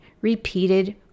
repeated